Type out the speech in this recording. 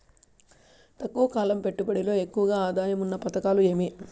తక్కువ కాలం పెట్టుబడిలో ఎక్కువగా ఆదాయం ఉన్న పథకాలు ఏమి?